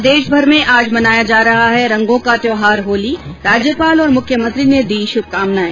प्रदेशभर में आज मनाया जा रहा है रंगों का त्यौहार होली राज्यपाल और मुख्यमंत्री ने दी शुभकामनाएं